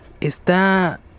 ¿Está